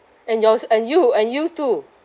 and yours and you and you too